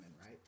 right